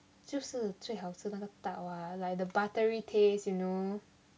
就是最好吃那个 tart [what] like the buttery taste you know